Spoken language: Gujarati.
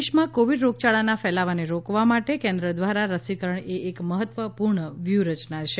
દેશમાં કોવિડ રોગયાળાના ફેલાવાને રોકવા માટે કેન્દ્ર દ્વારા રસીકરણ એ એક મહત્વપૂર્ણ વ્યૂહરચના છે